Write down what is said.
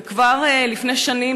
וכבר לפני שנים,